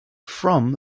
from